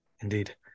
Indeed